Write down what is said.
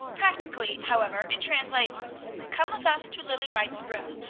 practically, however, it translates come with us to lilly white's room,